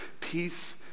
Peace